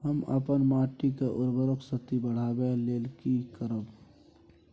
हम अपन माटी के उर्वरक शक्ति बढाबै लेल की करब?